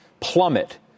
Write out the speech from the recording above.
plummet